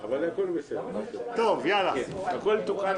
אנחנו ממשיכים